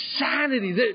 insanity